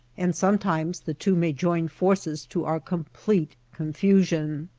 and sometimes the two may join forces to our complete confusion.